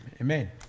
Amen